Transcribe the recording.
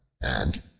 and,